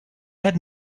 had